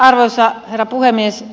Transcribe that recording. arvoisa herra puhemies